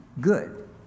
good